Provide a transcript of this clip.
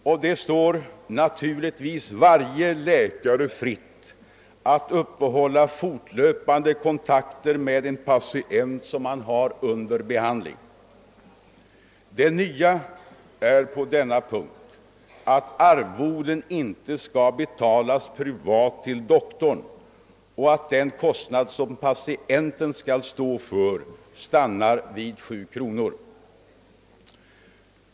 Och det står naturligtvis varje läkare fritt att uppehålla fortlöpande kontakt med en patient som han har under behandling. Det nya på denna punkt är att arvoden inte skall betalas privat till doktorn och att den kostnad som patienten skall stå för stannar vid 7 kronor.